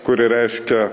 kuri reiškia